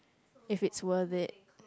if it's worth it